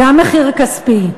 גם מחיר כספי.